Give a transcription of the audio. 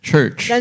Church